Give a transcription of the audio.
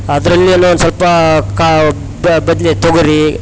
ಅದರಲ್ಲಿ ಎಲ್ಲೊ ಒಂದು ಸ್ವಲ್ಪ ಕಾ ಬದಲಿ ತೊಗರಿ